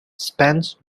spence